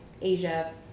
Asia